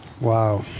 Wow